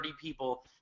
people